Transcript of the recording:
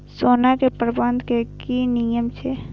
सोना के बंधन के कि नियम छै?